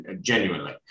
genuinely